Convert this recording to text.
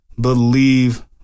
believe